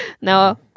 no